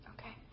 Okay